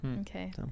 Okay